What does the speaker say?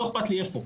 לא אכפת לי איפה,